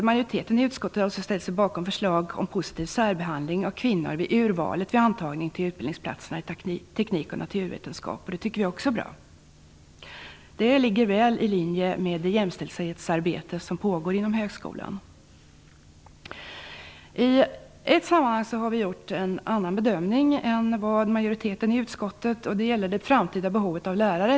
Majoriteten i utskottet har också ställt sig bakom förslaget om positiv särbehandling av kvinnor i urvalet vid antagningen till utbildningsplatserna i teknik och naturvetenskap. Det är också bra. Det ligger väl i linje med det jämställdhetsarbete som pågår inom högskolan. I ett sammanhang har vi gjort en annan bedömning än majoriteten i utskottet, och det gäller det framtida behovet av lärare.